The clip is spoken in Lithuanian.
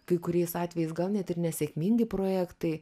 kai kuriais atvejais gal net ir nesėkmingi projektai